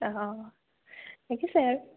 অঁ দেখিছোঁ আৰু